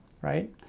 right